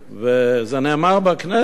זה נאמר בכנסת